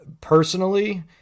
Personally